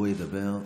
הוא ידבר.